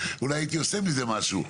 אולי הייתי עושה עם זה משהו.